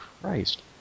Christ